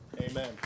amen